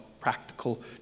practical